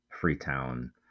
Freetown